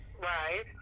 Right